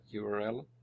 URL